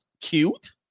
Cute